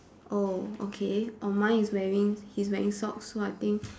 oh okay oh mine he's wearing he's wearing socks so I think